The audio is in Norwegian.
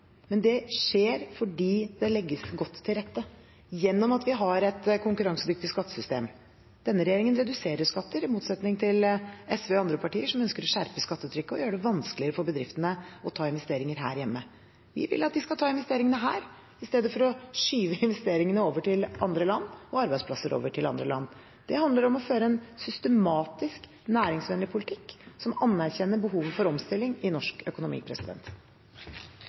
Det skjer fordi det legges godt til rette gjennom at vi har et konkurransedyktig skattesystem. Denne regjeringen reduserer skatter, i motsetning til SV og andre partier som ønsker å skjerpe skattetrykket og gjøre det vanskeligere for bedriftene å ta investeringer her hjemme. Vi vil at de skal ta investeringene her i stedet for å skyve investeringer og arbeidsplasser over til andre land. Det handler om å føre en systematisk, næringsvennlig politikk som anerkjenner behovet for omstilling i norsk økonomi.